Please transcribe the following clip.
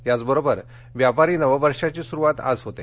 याचबरोबर व्यापारी नववर्षाची सुरुवात आज होते